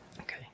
Okay